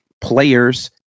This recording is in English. Players